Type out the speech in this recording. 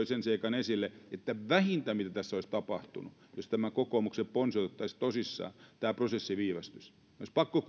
sen seikan esille että vähintä mitä tässä olisi tapahtunut jos tämä kokoomuksen ponsi otettaisiin tosissaan olisi että tämä prosessi viivästyisi meidän olisi pakko